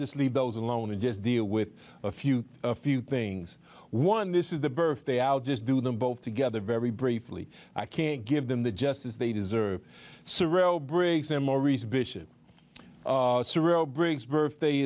just leave those alone and just deal with a few a few things one this is the birthday out just do them both together very briefly i can't give them the justice they deserve surveilled briggs and maurice bishop surreal briggs birthday